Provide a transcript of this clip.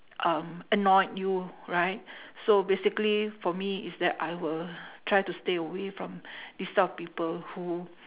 um annoyed you right so basically for me is that I will try to stay away from this type of people who